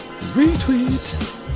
Retweet